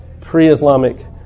pre-Islamic